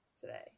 today